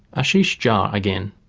ashish jha again.